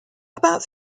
about